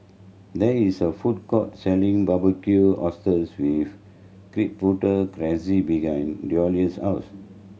there is a food court selling Barbecued Oysters with Chipotle Glaze behind Douglas' house